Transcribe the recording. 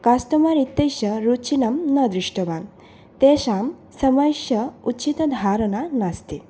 customer इत्यस्य रुचिनं न दृष्टवान् तेषां समस्या उचितधारणा नास्ति